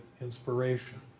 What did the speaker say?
inspiration